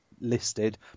listed